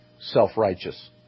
self-righteous